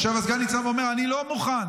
הסגן ניצב אומר שהוא לא מוכן.